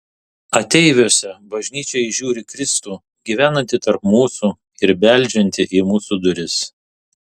ateiviuose bažnyčia įžiūri kristų gyvenantį tarp mūsų ir beldžiantį į mūsų duris